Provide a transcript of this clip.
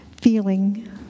feeling